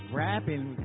rapping